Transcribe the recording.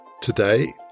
Today